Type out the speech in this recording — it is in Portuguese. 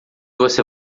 você